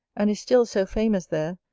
and is still so famous there,